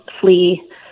flee